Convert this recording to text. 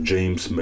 James